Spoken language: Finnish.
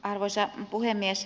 arvoisa puhemies